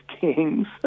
kings